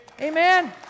Amen